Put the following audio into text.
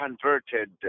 converted